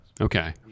okay